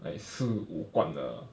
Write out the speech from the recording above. like 四五罐的